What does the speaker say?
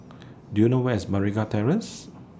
Do YOU know Where IS Meragi Terrace